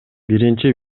биринчи